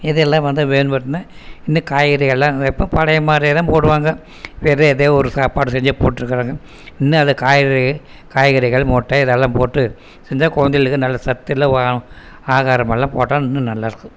இது எல்லாம் வந்து மேம்படுத்தின்னால் இன்னும் காய்கறியெலாம் எப்போ பழைய மாதிரி போடுவாங்க இப்போ எதை எதையோ ஒரு சாப்பாடு செஞ்சு போட்டிருக்காங்க இன்னும் அது காய்கறி காய்கறிகள் முட்டை இதெல்லாம் போட்டு செஞ்சால் குழந்தைகளுக்கு நல்ல சத்துள்ள ஆகாரம் எல்லாம் போட்டால் இன்னும் நல்லாயிருக்கும்